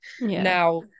Now